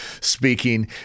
speaking